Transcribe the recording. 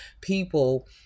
people